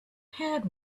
had